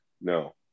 no